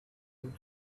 and